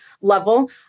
level